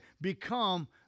become